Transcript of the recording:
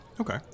Okay